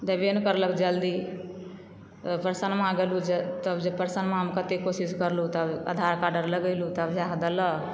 देबय नहि करलक जल्दी परसनमा गेलु तब जे परसनमामे कतय कोशिश करलहुँ तब आधार कार्ड अर लगैलू तब जाके देलक